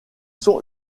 sont